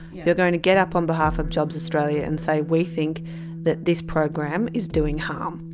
you're going to get up on behalf of jobs australia and say we think that this program is doing harm?